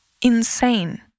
insane